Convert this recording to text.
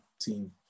team